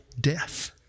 death